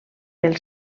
pel